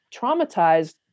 traumatized